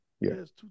Yes